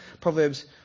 Proverbs